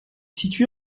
située